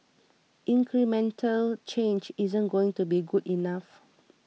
incremental change isn't going to be good enough